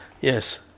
Yes